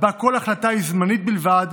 שבה כל החלטה היא זמנית בלבד,